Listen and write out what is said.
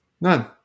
None